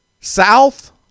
South